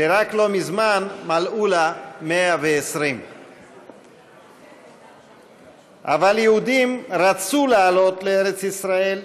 שרק לא מזמן מלאו לה 120. אבל יהודים רצו לעלות לארץ ישראל,